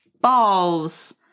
balls